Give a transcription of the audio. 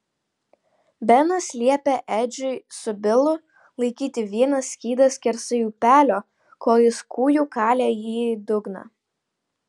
benas liepė edžiui su bilu laikyti vieną skydą skersai upelio kol jis kūju kalė jį į dugną